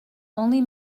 only